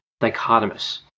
dichotomous